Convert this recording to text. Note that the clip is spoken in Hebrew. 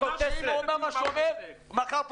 הוא אמר שאם הוא --- יעקב טסלר, יעקב טסלר.